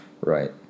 Right